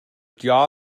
jar